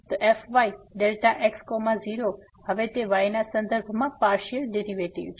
તો fyΔx0 હવે તે y ના સંદર્ભમાં પાર્સીઅલ ડેરીવેટીવ છે